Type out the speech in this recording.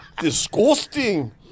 Disgusting